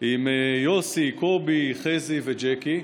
בעיר עם יוסי, קובי, חזי וג'קי.